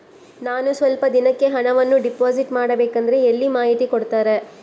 ನಾನು ಸ್ವಲ್ಪ ದಿನಕ್ಕೆ ಹಣವನ್ನು ಡಿಪಾಸಿಟ್ ಮಾಡಬೇಕಂದ್ರೆ ಎಲ್ಲಿ ಮಾಹಿತಿ ಕೊಡ್ತಾರೆ?